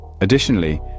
Additionally